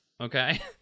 okay